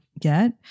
get